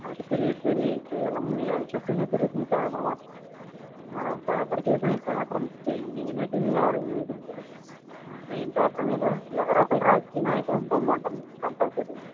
అటు తిరిగి ఇటు తిరిగి ఇంక వీళ్ళ వీళ్ళ చుట్టూనే తిరుగుతుంది పేపర్ మొత్తం మనం పేపర్ చూసిన పేపర్ మెయిన్ హెడ్డింగ్ ఎవడు అదే మెయిన్ పేపర్ మీద ఎవరో ఒకరు రాజకీయ నాయకుడి బొమ్మ ఉంటుంది కంపల్సరీగా